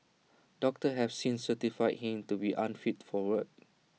doctors have since certified him to be unfit for work